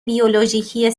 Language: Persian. بیولوژیکی